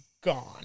gone